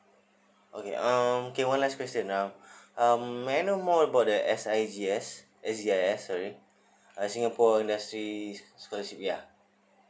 okay um okay one last question uh um may I know more about the S_I_G_S S_G_I_S sorry singapore industry scholarship ya